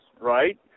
right